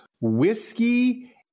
whiskey